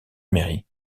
mairie